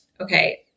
Okay